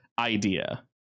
idea